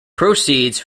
proceeds